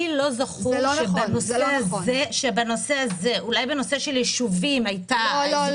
לי לא זכור שבנושא הזה אולי בנושא של יישובים הייתה --- לא,